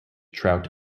trout